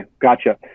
gotcha